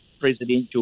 presidential